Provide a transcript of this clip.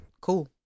Cool